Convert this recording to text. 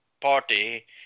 party